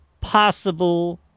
possible